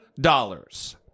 dollars